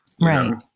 Right